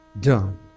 done